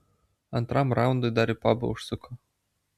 antram raundui dar į pabą užsuko